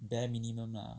bare minimum lah